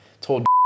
told